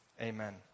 Amen